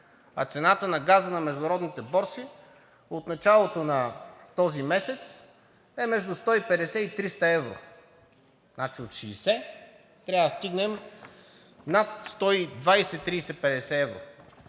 А цената на газа на международните борси от началото на този месец е между 150 и 300 евро. Значи от 60 трябва да стигнем над 120, 130, 150 евро.